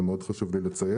זה מאוד חשוב לי לציין.